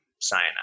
cyanide